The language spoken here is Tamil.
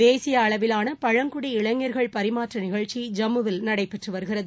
தேசிய அளவிலான பழங்குடி இளைஞர்கள் பரிமாற்ற நிகழ்ச்சி ஜம்முவில் நடைபெற்று வருகிறது